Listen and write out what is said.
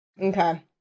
Okay